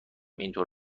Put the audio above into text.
اینجور